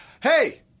Hey